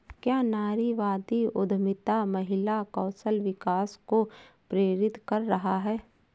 क्या नारीवादी उद्यमिता महिला कौशल विकास को प्रेरित कर रहा है?